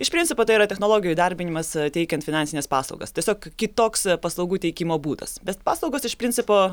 iš principo tai yra technologijų įdarbinimas teikiant finansines paslaugas tiesiog kitoks paslaugų teikimo būdas bet paslaugos iš principo